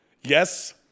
yes